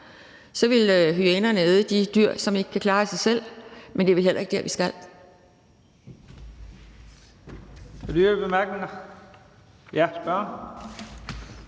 så ville hyænerne æde de dyr, som ikke kan klare sig selv. Men det er vel heller ikke der, vi skal